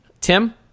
Tim